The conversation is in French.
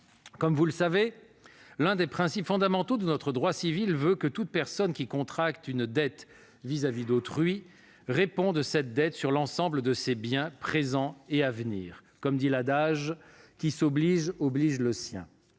Vous le savez, l'un des principes fondamentaux de notre droit civil veut que toute personne qui contracte une dette vis-à-vis d'autrui réponde de cette dette sur l'ensemble de ses biens, présents et à venir. Comme le dit l'adage, « qui s'oblige oblige le sien ».